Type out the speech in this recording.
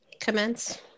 commence